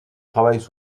travaillent